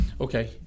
Okay